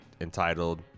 entitled